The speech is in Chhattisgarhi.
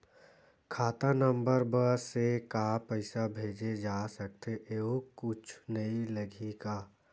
खाता नंबर बस से का पईसा भेजे जा सकथे एयू कुछ नई लगही का?